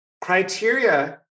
Criteria